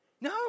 No